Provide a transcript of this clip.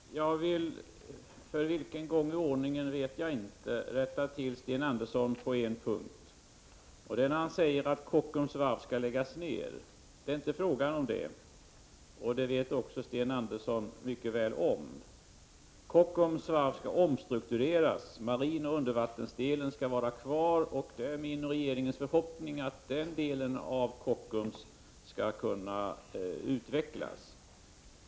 Fru talman! Jag vill — för vilken gång i ordningen vet jag inte — rätta Sten Andersson på en punkt, nämligen när han säger att Kockums varv skall läggas ned. Det är inte fråga om det, och det vet också Sten Andersson mycket väl. Kockums varv skall omstruktureras. Marinoch undervattensdelen skall vara kvar, och det är min och regeringens förhoppning att denna del av Kockums skall kunna utvecklas.